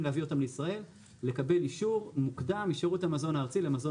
להביא אותם לישראל לקבל אישור מוקדם משירות המזון הארצי למזון